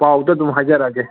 ꯄꯥꯎꯗꯣ ꯑꯗꯨꯝ ꯍꯥꯏꯖꯔꯛꯑꯒꯦ